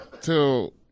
till